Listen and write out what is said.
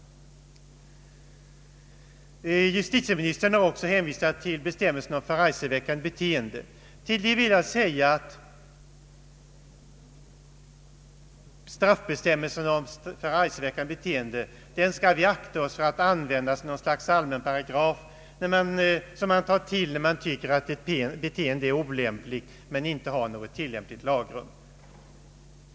Justitieministern har också hänvisat till bestämmelserna om förargelseväckande beteende. Men straffbestämmelserna om förargelseväckande beteende skall vi akta oss för att använda som någon sorts allmän paragraf att ta till när man anser att ett beteende är olämpligt men inte har något annat tilllämpligt lagrum.